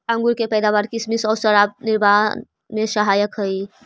अंगूर के पैदावार किसमिस आउ शराब निर्माण में सहायक हइ